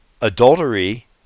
adultery